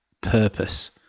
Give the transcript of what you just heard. purpose